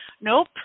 Nope